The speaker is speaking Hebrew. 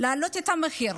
להעלות את המחיר.